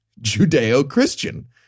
Judeo-Christian